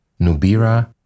Nubira